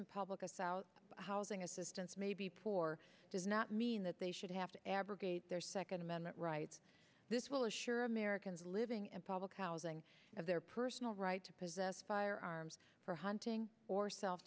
in public us out housing assistance may be poor does not mean that they should have to abrogate their second amendment rights this will assure americans living in public housing of their personal right to possess firearms for hunting or self